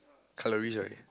cutlery right